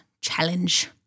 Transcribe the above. Challenge